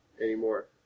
anymore